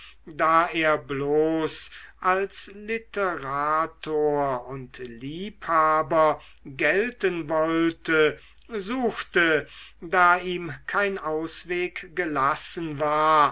da er bloß als literator und liebhaber gelten wollte suchte da ihm kein ausweg gelassen war